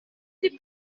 des